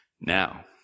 Now